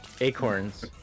acorns